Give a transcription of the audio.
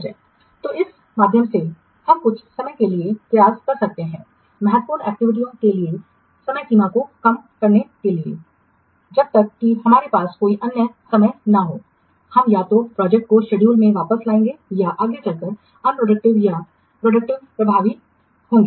तो इस माध्यम से हम कुछ समय के लिए प्रयास कर सकते हैं महत्वपूर्ण एक्टिविटीयों के लिए समयसीमा को कम करने के लिए जब तक कि हमारे पास कोई अन्य समय न हो हम या तो प्रोजेक्ट को शेड्यूल में वापस लाएंगे या आगे चलकर अनप्रॉडक्टिव या गैर लागत प्रॉडक्टिव प्रभावी होंगे